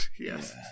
Yes